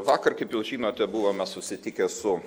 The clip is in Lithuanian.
vakar kaip jau žinote buvome susitikę su